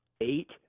eight